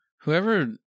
Whoever